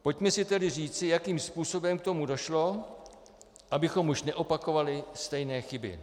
Pojďme si tedy říci, jakým způsobem k tomu došlo, abychom už neopakovali stejné chyby.